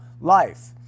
life